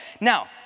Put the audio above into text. Now